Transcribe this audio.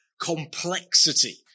complexity